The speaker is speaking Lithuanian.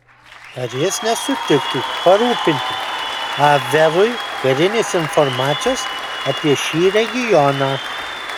ar jis nesutiktų parūpinti abverui karinės informacijos apie šį regioną